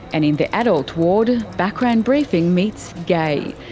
and in the adult ward background briefing meets gaye.